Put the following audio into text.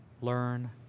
Learn